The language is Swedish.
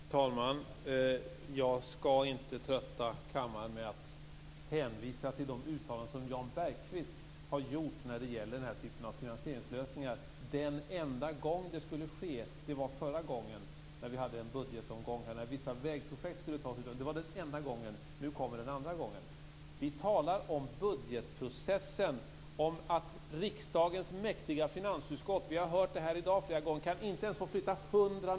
Fru talman! Jag skall inte trötta kammaren med att hänvisa till de uttalanden som Jan Bergqvist har gjort om den här typen av finansieringslösningar. Den enda gång det skulle ske var i samband med den förra budgetomgången, när vissa vägprojekt skulle antas. Det var den enda gången. Nu kommer den andra gången. Vi talar om budgetprocessen, om att riksdagens mäktiga finansutskott inte ens kan få flytta 100 miljoner - vi har hört detta flera gånger här i dag.